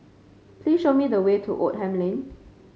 please show me the way to Oldham Lane